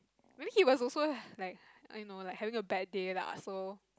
maybe he was also like I know like having a bad day lah so